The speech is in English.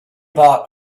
bought